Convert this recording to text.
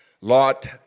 Lot